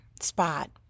spot